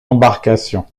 embarcation